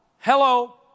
hello